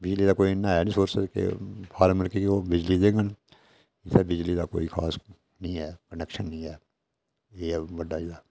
बिजली दा कोई इन्ना है निं सोर्स कि फार्मल कि ओह् बिजली देह्ङन इत्थै बिजली दा कोई खास निं ऐ कनैक्शन निं ऐ एह् हून बड्डा जेह्ड़ा